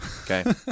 Okay